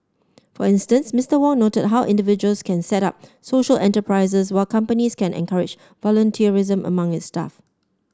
for instance Mister Wong noted how individuals can set up social enterprises while companies can encourage volunteerism among its staff